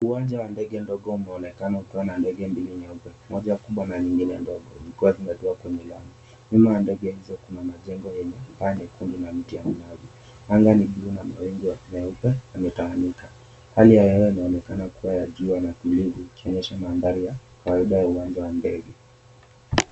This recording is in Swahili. Uwanja wa ndege dogo umeonekana ukiwa na ndege mbili nyeupe moja kubwa na nyingine ndogo zikiwa kwenye lami, nyuma ndege hizo majengo yenye paa nyekundu na miti ya minazi, anga ni bluu na mawaingu meupe yametawanyika hali ya hewa inaonekana kuwa ya jua na tulivu ikionyesha mandhari kawaida ya ndege.